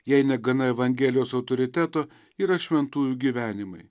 jei negana evangelijos autoriteto yra šventųjų gyvenimai